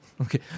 okay